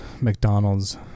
McDonald's